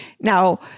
Now